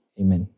amen